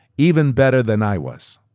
even better than i was,